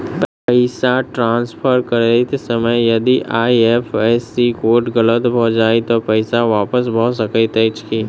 पैसा ट्रान्सफर करैत समय यदि आई.एफ.एस.सी कोड गलत भऽ जाय तऽ पैसा वापस भऽ सकैत अछि की?